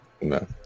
No